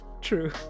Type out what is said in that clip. true